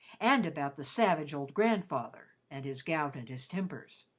and about the savage old grandfather and his gout and his tempers.